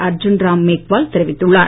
அர்ஜூன் ராம் மேக்வால் தெரிவித்துள்ளார்